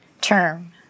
term